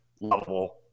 lovable